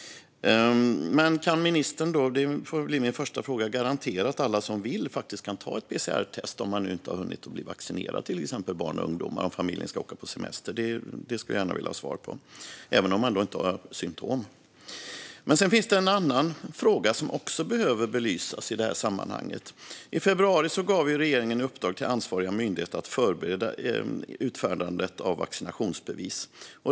Men min första fråga får bli: Kan ministern garantera att alla som vill faktiskt kan få ta ett PCR-test om de inte har hunnit bli vaccinerade? Det kan gälla till exempel barn och ungdomar om familjen ska åka på semester, även om de inte har symtom. Det skulle jag gärna vilja ha svar på. Sedan finns det en annan fråga som också behöver belysas i det här sammanhanget. I februari gav ju regeringen ansvariga myndigheter i uppdrag att förbereda utfärdandet av vaccinationsbevis.